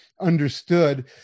understood